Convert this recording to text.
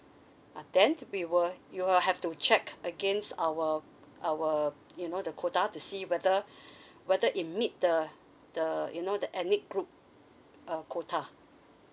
ah then to be will you will have to check against our our you know the quota to see whether whether it meet the the you know the ethnic group uh quota